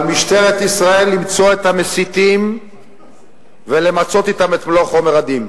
על משטרת ישראל למצוא את המסיתים ולמצות אתם את מלוא חומר הדין.